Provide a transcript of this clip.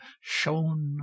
shone